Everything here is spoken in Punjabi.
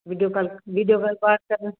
ਵੀਡੀਓ ਕਾਲ ਵੀਡੀਓ ਕਾਲ ਕਰ ਸਕਾਂ